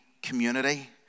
community